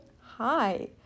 Hi